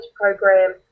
program